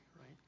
right